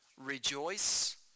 rejoice